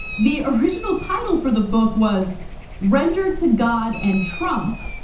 the original title for the book was render to god and trump,